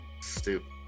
stupid